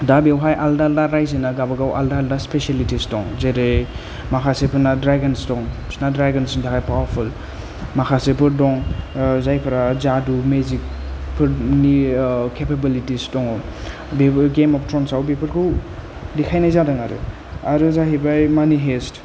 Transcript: दा बेवहाय आलदा आलदा रायजोना गावबा गाव आलदा आलदा स्पेसिलिटिस दं जेरै माखासेफोरना ड्रागन्स दं बिसोरना ड्रागन्सनि थाखाय पावारफुल माखासेफोर दं जायफोरा जादु मेजिकनि केपेबिलिटिस दङ बेबो गेम अफ थ्रन्सआव बेफोरखौ देखायनाय जादों आरो आरो जाहैबाय मानि हाइस्ट